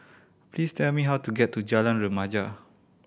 please tell me how to get to Jalan Remaja